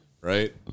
right